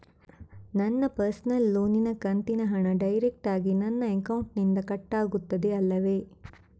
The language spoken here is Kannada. ನನ್ನ ಪರ್ಸನಲ್ ಲೋನಿನ ಕಂತಿನ ಹಣ ಡೈರೆಕ್ಟಾಗಿ ನನ್ನ ಅಕೌಂಟಿನಿಂದ ಕಟ್ಟಾಗುತ್ತದೆ ಅಲ್ಲವೆ?